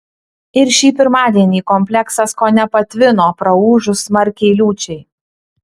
ir šį pirmadienį kompleksas kone patvino praūžus smarkiai liūčiai